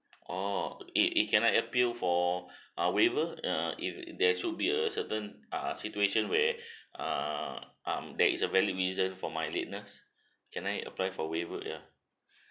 orh it it can I appeal for uh waiver uh it there should be a certain ah situation where err um there is a valid reason for my lateness can I apply for waiver ya